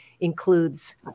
includes